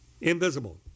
invisible